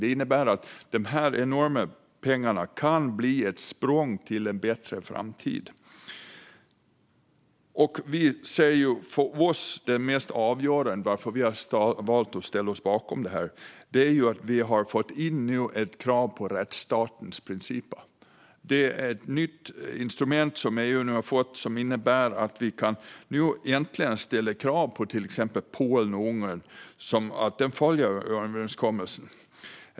Det innebär att de här enorma pengarna kan bli ett språng till en bättre framtid. Det som för oss har varit det mest avgörande när det gäller varför vi har valt att ställa oss bakom det här är att vi har fått in ett krav på rättsstatens principer. Det är ett nytt instrument som EU har fått och som innebär att vi nu äntligen kan ställa krav på till exempel Polen och Ungern om att de ska följa överenskommelsen.